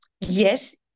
Yes